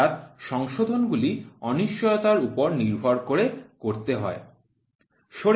অর্থাৎ সংশোধন গুলি অনিশ্চয়তার উপর নির্ভর করে করতে হয়